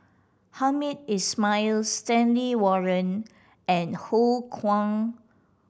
Hamed Ismail Stanley Warren and Ho Kwon